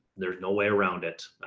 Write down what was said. there's no way around it.